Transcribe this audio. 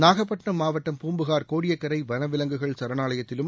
நாகப்பட்டிணம் மாவட்டம் பூம்புகார் கோடியக்கரை வனவிலங்குகள் சரணாலயத்திலும்